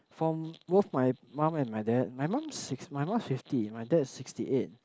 from both my mum and my dad my mum six my mum fifty my dad is sixty eight